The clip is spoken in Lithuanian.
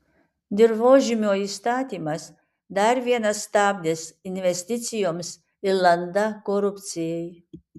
dirvožemio įstatymas dar vienas stabdis investicijoms ir landa korupcijai